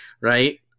Right